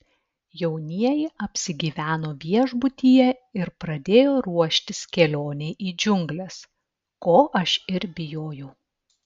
jaunieji apsigyveno viešbutyje ir pradėjo ruoštis kelionei į džiungles ko aš ir bijojau